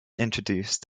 introduced